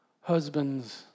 husband's